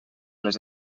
les